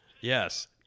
Yes